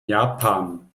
japan